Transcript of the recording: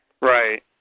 Right